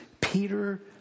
peter